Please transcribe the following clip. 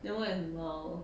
then what is mile